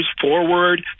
forward